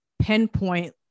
pinpoint